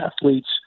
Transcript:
athletes